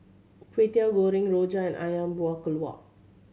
Kway Teow Goreng rojak and Ayam Buah Keluak